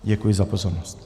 Děkuji za pozornost.